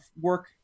work